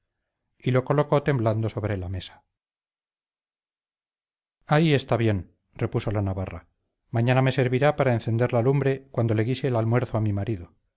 y lo colocó temblando sobre la mesa ahí está bien repuso la navarra mañana me servirá para encender la lumbre cuando le guise el almuerzo a mi marido